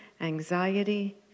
anxiety